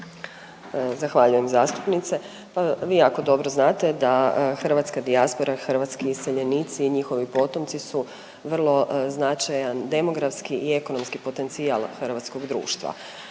Zahvaljujem zastupnice. Pa vi jako dobro znate da hrvatska dijaspora, hrvatski iseljenici i njihovi potomci su vrlo značajan demografski i ekonomski potencijal hrvatskog društva.